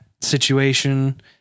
situation